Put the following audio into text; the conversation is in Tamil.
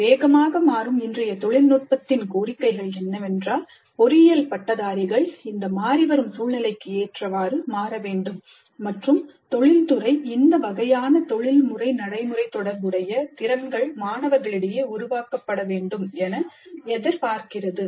வேகமாக மாறும் இன்றைய தொழில்நுட்பத்தின் கோரிக்கைகள் என்னவென்றால் பொறியியல் பட்டதாரிகள் இந்த மாறி வரும் சூழ்நிலைக்கு ஏற்றவாறு மாற வேண்டும் மற்றும் தொழில்துறை இந்த வகையான தொழில்முறை நடைமுறைதொடர்புடைய திறன்கள் மாணவர்களிடையே உருவாக்கப்பட வேண்டும் என எதிர்பார்க்கிறது